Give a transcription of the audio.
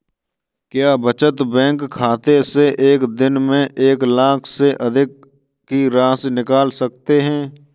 क्या बचत बैंक खाते से एक दिन में एक लाख से अधिक की राशि निकाल सकते हैं?